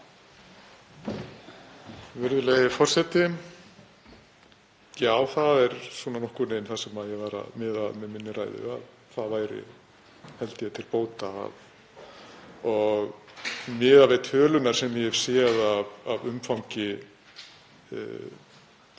Virðulegi forseti. Já, það er svona nokkurn veginn það sem ég var að meina í minni ræðu, að það væri, held ég, til bóta. Miðað við tölurnar sem ég hef séð um umfang